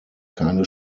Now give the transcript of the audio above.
keine